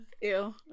ew